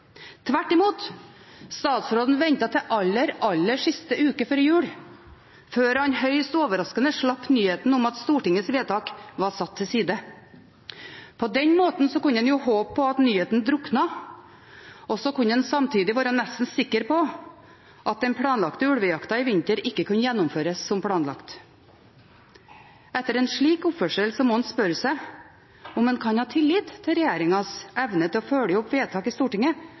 Tvert imot – statsråden ventet til aller siste uke før jul før han høyst overraskende slapp nyheten om at Stortingets vedtak var satt til side. På den måten kunne man håpe på at nyheten druknet, og så kunne man samtidig være nesten sikker på at den planlagte ulvejakta i vinter ikke kunne gjennomføres som planlagt. Etter en slik oppførsel må man spørre seg om man kan ha tillit til regjeringens evne til å følge opp vedtak i Stortinget